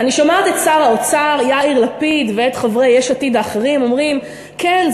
אני שומעת את שר האוצר יאיר לפיד ואת חברי יש עתיד האחרים אומרים: כן,